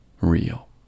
real